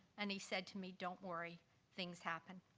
and he said to me, don't worry things happen.